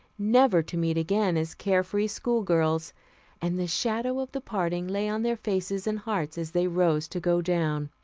never to meet again as care-free schoolgirls and the shadow of the parting lay on their faces and hearts as they rose to go down.